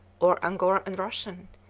or angora and russian,